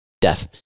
death